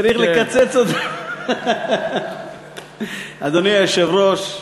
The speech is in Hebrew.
צריך לקצץ, אדוני היושב-ראש,